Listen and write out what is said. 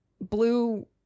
blue